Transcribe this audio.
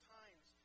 times